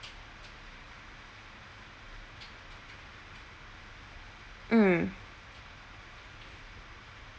mm